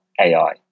AI